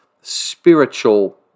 spiritual